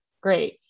great